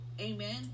amen